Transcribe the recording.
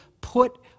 put